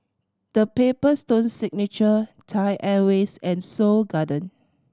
The Paper Stone Signature Thai Airways and Seoul Garden